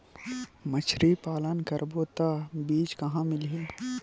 मछरी पालन करबो त बीज कहां मिलही?